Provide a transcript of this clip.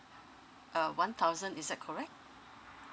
uh one thousand is that correct